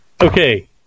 okay